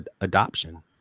adoption